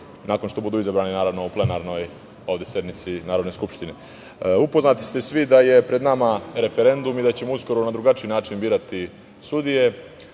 nakon što budu izabrani, naravno, u plenarnoj ovde sednici Narodne skupštine. Upoznati ste svi da je pred nama referendum i da ćemo uskoro na drugačiji način birati sudije.